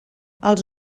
els